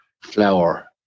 flower